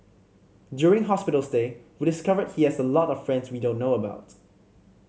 during hospital stay we discovered he has a lot of friends we don't know about